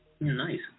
Nice